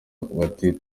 bati